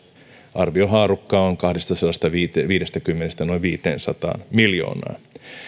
arviohaarukka on kahdestasadastaviidestäkymmenestä noin viiteensataan miljoonaan